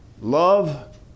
love